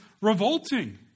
revolting